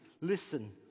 Listen